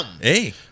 Hey